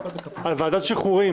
על ועדת שחרורים.